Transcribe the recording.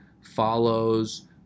follows